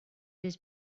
his